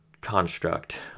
construct